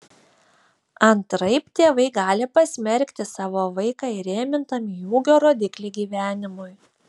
antraip tėvai gali pasmerkti savo vaiką įrėmintam į ūgio rodiklį gyvenimui